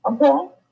okay